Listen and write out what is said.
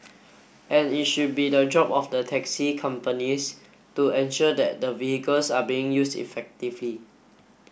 and it should be the job of the taxi companies to ensure that the vehicles are being used effectively